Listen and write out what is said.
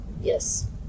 Yes